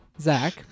Zach